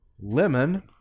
Lemon